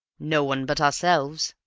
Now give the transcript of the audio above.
no one but ourselves.